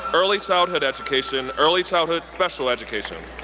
early childhood education early childhood special education.